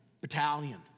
battalion